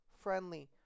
friendly